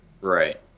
Right